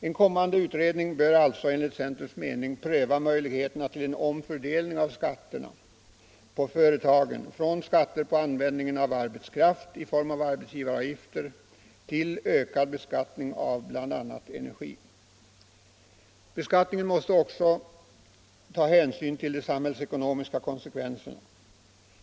En kommande utredning bör alltså enligt centerns mening pröva möjligheterna till en omfördelning av skatterna på företagen från skatter på användningen av arbetskraft i form av arbetsgivaravgift till ökad beskattning av bl.a. energi. Beskattningen måste också ta hänsyn till de samhällsekonomiska konsekvenserna.